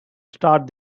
start